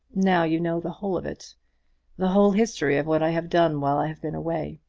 now you know the whole of it the whole history of what i have done while i have been away.